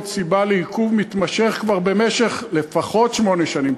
סיבה לעיכוב שמתמשך כבר לפחות שמונה שנים.